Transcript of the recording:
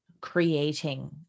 creating